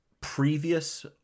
previous